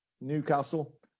Newcastle